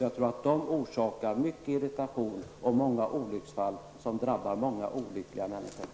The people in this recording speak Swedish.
De orsakar nämligen mycken irritation och olyckor som drabbar många människor.